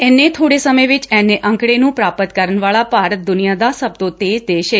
ਇੰਨੇ ਬੋੜੇ ਸਮੇਂ ਵਿਚ ਏਨੇ ਅੰਕੜੇ ਨੂੰ ਪੂਪਤ ਕਰਨ ਵਾਲਾ ਭਾਰਤ ਦੁਨੀਆ ਦਾ ਸਭ ਤੋਂ ਤੇਜ਼ ਦੇਸ਼ ਏ